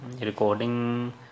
Recording